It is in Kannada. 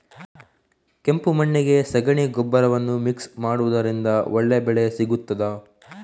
ಕೆಂಪು ಮಣ್ಣಿಗೆ ಸಗಣಿ ಗೊಬ್ಬರವನ್ನು ಮಿಕ್ಸ್ ಮಾಡುವುದರಿಂದ ಒಳ್ಳೆ ಬೆಳೆ ಸಿಗುತ್ತದಾ?